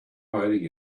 hiding